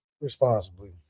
Responsibly